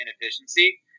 inefficiency